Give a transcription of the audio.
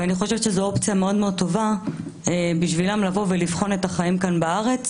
אני חושבת שזו אופציה מאוד מאוד טובה בשבילם לבחון את החיים כאן בארץ